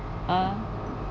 ah